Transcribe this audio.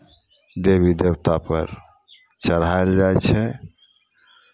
देवी देवतापर चढ़ायल जाइ छै